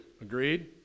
agreed